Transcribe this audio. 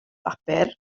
bapur